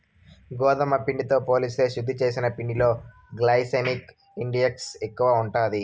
గోధుమ పిండితో పోలిస్తే శుద్ది చేసిన పిండిలో గ్లైసెమిక్ ఇండెక్స్ ఎక్కువ ఉంటాది